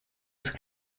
ist